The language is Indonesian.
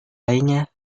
lainnya